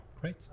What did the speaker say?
great